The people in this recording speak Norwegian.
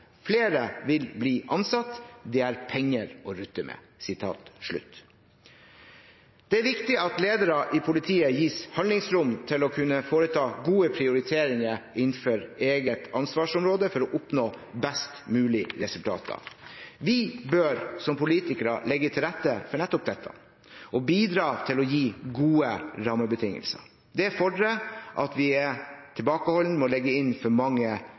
Flere vil bli ansatt. Det er penger å rutte med.» Det er viktig at ledere i politiet gis handlingsrom til å kunne foreta gode prioriteringer innenfor eget ansvarsområde for å oppnå best mulig resultater. Vi bør som politikere legge til rette for nettopp dette og bidra til å gi gode rammebetingelser. Det fordrer at vi er tilbakeholdne med å legge inn for mange